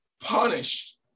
punished